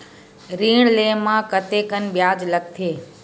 ऋण ले म कतेकन ब्याज लगथे?